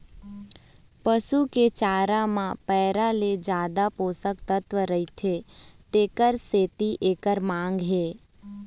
पसू के चारा म पैरा ले जादा पोषक तत्व रहिथे तेखर सेती एखर मांग हे